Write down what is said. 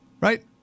Right